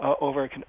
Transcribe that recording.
over